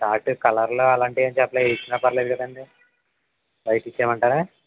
చార్ట్లు కలర్లు అలాంటివేం చెప్పలేదు ఏదిచ్చినా పర్లేదు కదండి వైట్ ఇచ్ఛేయమంటారా